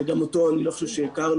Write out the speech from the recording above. שגם אותו אני לא חושב שהכרנו,